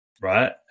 Right